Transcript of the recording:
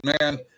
man